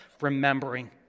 remembering